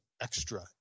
extra